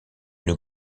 une